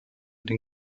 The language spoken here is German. den